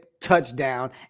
touchdown